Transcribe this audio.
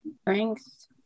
Strength